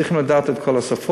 צריכים לדעת את כל השפות,